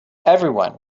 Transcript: everyone